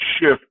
shift